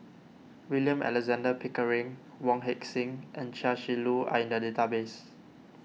William Alexander Pickering Wong Heck Sing and Chia Shi Lu are in the database